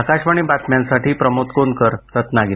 आकाशवाणी बातम्यांसाठी प्रमोद कोनकर रत्नागिरी